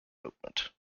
movement